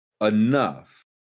enough